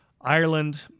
Ireland